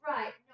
Right